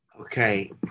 Okay